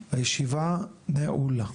הישיבה נעולה.